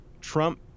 Trump